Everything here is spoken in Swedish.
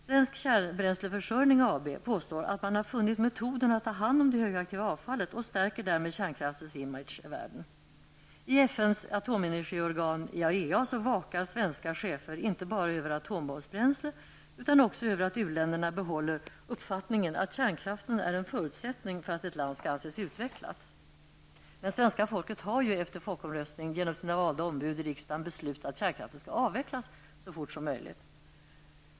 Svensk Kärnbränsleförsörjning AB påstår att man har funnit metoden att ta hand om det högaktiva avfallet och stärker därmed kärnkraftens image i världen. I FNs atomenergiorgan IAEA vakar svenska chefer inte bara över atombombsbränsle utan också över att u-länderna behåller uppfattningen att kärnkraften är en förutsättning för att ett land skall anses utvecklat. Svenska folket har efter folkomröstningen, genom sina valda ombud i riksdagen, beslutat att kärnkraften skall avvecklas så fort som möjligt.